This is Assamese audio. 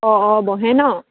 অঁ অঁ বহে ন